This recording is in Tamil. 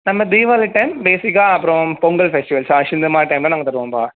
நம்ப தீவாளி டைம் பேசிக்காக அப்புறம் பொங்கல் ஃபெஸ்ட்டிவெல் இந்த மாதிரி டைமில் நாங்கள் தருவோம்பா